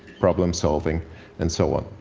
problem-solving and so on.